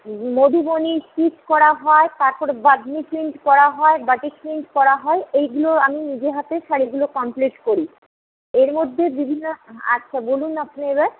Madhubani stitch করা হয় তারপর বাঁধনি প্রিন্ট করা হয় বাটিক প্রিন্ট করা হয় এইগুলো আমি নিজে হাতে শাড়িগুলো কমপ্লিট করি এর মধ্যে বিভিন্ন আচ্ছা বলুন আপনি এবার